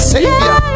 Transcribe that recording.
Savior